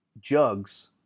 jugs